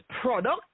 product